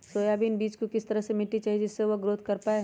Soybean बीज को किस तरह का मिट्टी चाहिए जिससे वह ग्रोथ कर पाए?